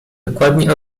dokładnie